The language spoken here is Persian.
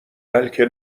بلکه